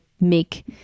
make